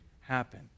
happen